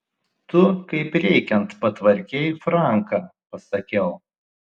tu kaip reikiant patvarkei franką pasakiau